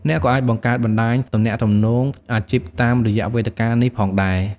អ្នកក៏អាចបង្កើតបណ្ដាញទំនាក់ទំនងអាជីពតាមរយៈវេទិកានេះផងដែរ។